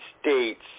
states